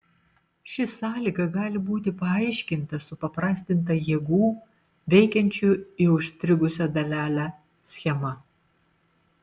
ši sąlyga gali būti paaiškinta supaprastinta jėgų veikiančių į užstrigusią dalelę schema